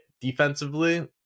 defensively